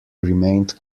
remained